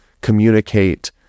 communicate